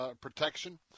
protection